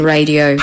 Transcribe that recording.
Radio